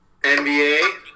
NBA